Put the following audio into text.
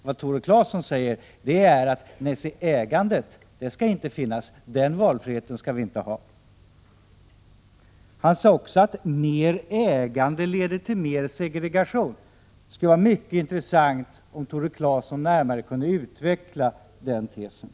Vad Tore Claeson säger är att ägande och denna valfrihet inte får förekomma. Han sade också att mer ägande leder till mer segregation. Det skulle vara mycket intressant om Tore Claeson kunde närmare utveckla den tesen.